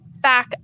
back